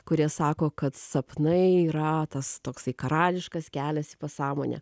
kurie sako kad sapnai yra tas toksai karališkas kelias į pasąmonę